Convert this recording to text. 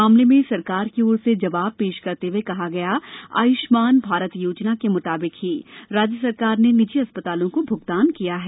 मामले में सरकार की ओर से जवाब पेश करते हुए कहा गया आयुष्मान भारत योजना के मुताबिक ही राज्य सरकार ने निजी अस्पतालों को भूगतान किया है